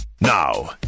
Now